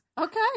Okay